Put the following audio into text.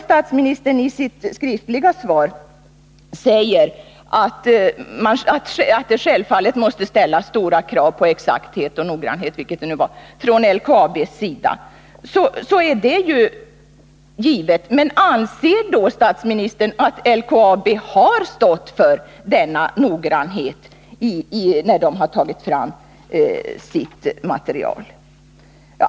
Statsministern säger i interpellationssvaret att det självfallet måste ställas stora krav på exakthet och noggrannhet från LKAB:s sida, och det är ju riktigt. Anser då statsministern att LKAB motsvarat kraven på denna noggrannhet, när företaget tagit fram sitt material?